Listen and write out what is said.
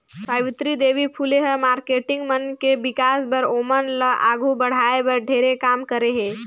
सावित्री देवी फूले ह मारकेटिंग मन के विकास बर, ओमन ल आघू बढ़ाये बर ढेरे काम करे हे